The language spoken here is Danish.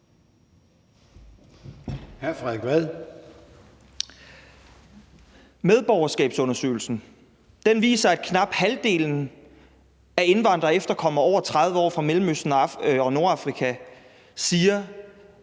Medborgerskabsundersøgelsen viser, at knap halvdelen af indvandrere og efterkommere over 30 år fra Mellemøsten og Nordafrika siger,